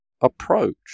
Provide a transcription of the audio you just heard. approach